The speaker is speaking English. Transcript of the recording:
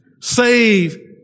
save